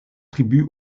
tribut